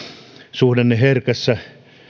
suhdanneherkässä